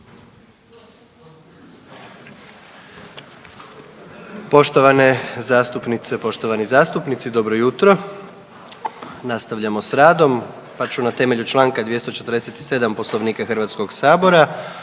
Poštovane zastupnice, poštovani zastupnici dobro jutro. Nastavljamo s radom, pa ću na temelju čl. 247. Poslovnika HS-a u skladu